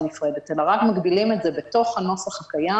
נפרדת אלא רק מגבילים את זה בתוך הנוסח הקיים,